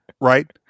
right